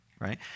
right